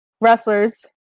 wrestlers